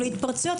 בלי התפרצויות,